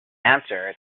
answer